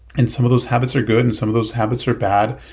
and some of those habits are good and some of those habits are bad,